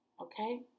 okay